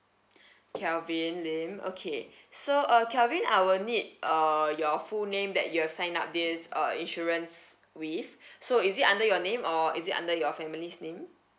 kelvin lim okay so uh kelvin I will need uh your full name that you have signed up this uh insurance with so is it under your name or is it under your family's name